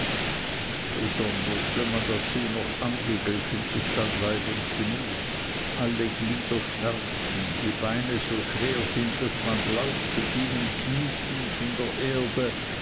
besonders wenn man dazu noch angegriffen ist an leib und gemüt alle glieder schmerzen die beine so schwer sind daß man glaubt sie gingen knietief in der erde